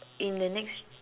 in the next